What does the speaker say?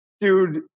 dude